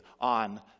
on